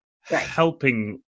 helping